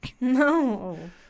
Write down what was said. no